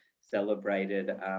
celebrated